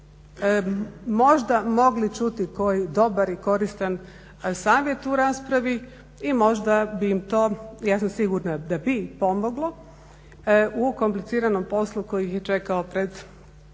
Možda mogli čuti koji dobar i koristan savjet u raspravi. I možda bi im to ja sam sigurna da bi pomoglo u kompliciranom poslu koji ih je čekao pred